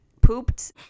pooped